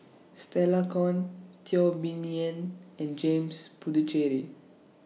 Stella Kon Teo Bee Yen and James Puthucheary